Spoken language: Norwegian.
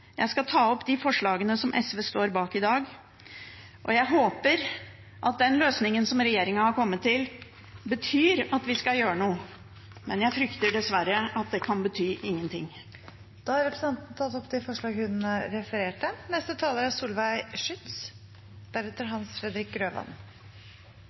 opp de forslagene SV står bak i dag, og jeg håper den løsningen som regjeringen har kommet til, betyr at vi skal gjøre noe, men jeg frykter dessverre at det kan bety ingenting. Representanten Karin Andersen har tatt opp de forslagene hun refererte til. Det er